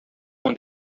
com